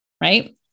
right